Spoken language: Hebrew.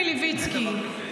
חבר הכנסת מלביצקי,